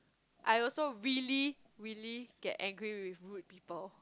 I also really really get angry with rude people